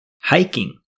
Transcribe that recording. hiking